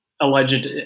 alleged